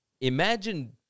Imagine